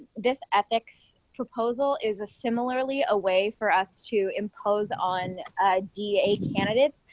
this ethics proposal is a similarly a way for us to impose on da candidates,